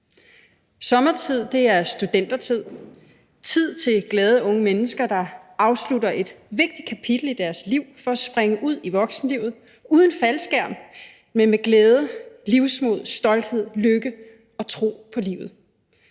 Sommertid er studentertid – tid til glade unge mennesker, der afslutter et vigtigt kapitel i deres liv for at springe ud i voksenlivet uden faldskærm, men med glæde, livsmod, stolthed, lykke og tro på livet.